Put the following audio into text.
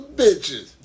bitches